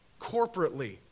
Corporately